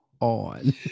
On